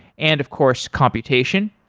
and of course, computation.